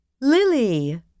Lily